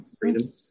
freedom